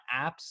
apps